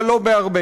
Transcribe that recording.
אבל לא בהרבה.